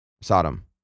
Sodom